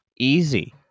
easy